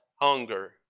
hunger